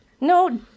No